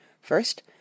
First